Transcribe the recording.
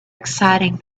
exciting